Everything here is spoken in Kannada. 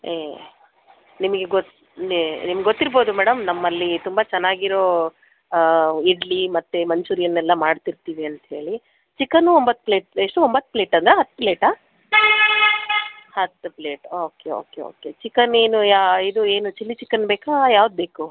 ಏ ನಿಮಗೆ ಗೊತ್ತು ನಿಮ್ಗೆ ಗೊತ್ತಿರ್ಬೋದು ಮೇಡಮ್ ನಮ್ಮಲ್ಲಿ ತುಂಬಾ ಚೆನ್ನಾಗಿರೋ ಇಡ್ಲಿ ಮತ್ತು ಮಂಚೂರಿಯನ್ ಎಲ್ಲ ಮಾಡ್ತಿರ್ತೀವಿ ಅಂತ ಹೇಳಿ ಚಿಕನು ಒಂಬತ್ತು ಪ್ಲೇಟ್ ಎಷ್ಟು ಒಂಬತ್ತು ಪ್ಲೇಟ್ ಅಲ್ಲಾ ಹತ್ತು ಪ್ಲೇಟಾ ಹತ್ತು plate okay okay okay chicken ಏನು ಯಾ ಇದು ಏನು ಚಿಲ್ಲಿ ಚಿಕನ್ ಬೇಕಾ ಯಾವ್ದು ಬೇಕು